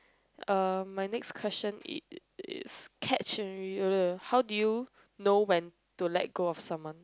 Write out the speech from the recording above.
uh my next question is~ catch and reel how do you know when to let go of someone